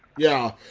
yeah,